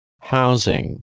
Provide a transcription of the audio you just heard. Housing